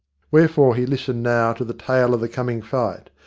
wherefore he listened now to the tale of the coming fight,